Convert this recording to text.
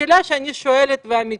השאלה שאני שואלת והיא אמיתית.